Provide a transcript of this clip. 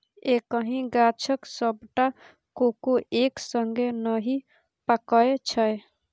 एक्कहि गाछक सबटा कोको एक संगे नहि पाकय छै